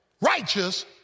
righteous